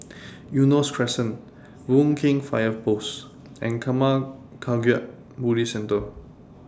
Eunos Crescent Boon Keng Fire Post and Karma Kagyud Buddhist Centre